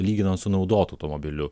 lyginant su naudotu automobiliu